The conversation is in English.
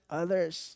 others